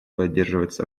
поддерживается